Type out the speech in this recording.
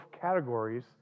categories